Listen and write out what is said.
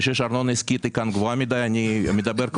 אני חושב שהארנונה העסקית כאן היא גבוהה מדי.